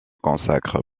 consacre